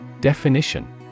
Definition